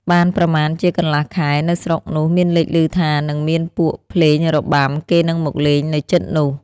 បានប្រមាណជាកន្លះខែ នៅស្រុកនោះ មានលេចឮថា នឹងមានពួកភ្លេងរបាំ គេនឹងមកលេងនៅជិតនោះ